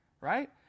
right